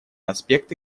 аспекты